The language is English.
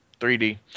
3D